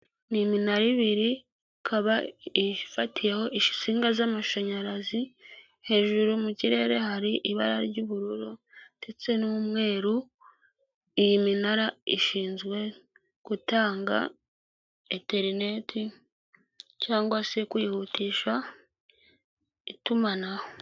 Ni iminara ibiri ikaba ifatiyeho insinga z'amashanyarazi, hejuru mu kirere hari ibara ry'ubururu ndetse n'umweru, iyi minara ishinzwe gutanga interineti cyangwa se kwihutisha itumanaho.